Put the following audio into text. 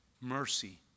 mercy